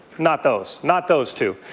not those. not those two.